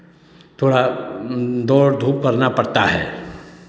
थोड़ा दौड़ धूप करना पड़ता है